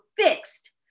fixed